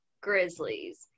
Grizzlies